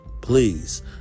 please